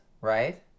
right